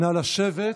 נא לשבת.